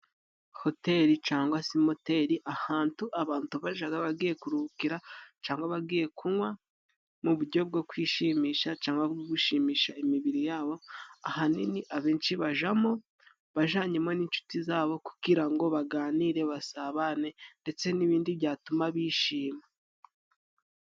Hoteri cangwa se moteri ahantu abantu bajaga bagiye kuruhukira cangwa bagiye kunywa mu bujyo bwo kwishimisha cangwa gushimisha imibiri yabo, ahanini abenshi bajamo bajanyemo n'inshuti zabo kugira ngo baganire, basabane ndetse n'ibindi byatuma bishima.